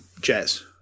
Jazz